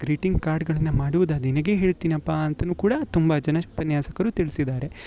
greeting ಕಾರ್ಡ್ಗಳನ್ನು ಮಾಡುದು ನಿನಗೆ ಹೇಳ್ತೀನಪ್ಪ ಅಂತ ಕೂಡ ತುಂಬ ಜನಷ್ ಉಪನ್ಯಾಸಕರು ತಿಳ್ಸಿದ್ದಾರೆ